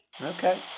Okay